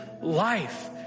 life